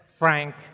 frank